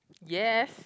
yes